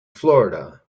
florida